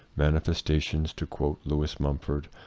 manifestations, to quote lewis mumford,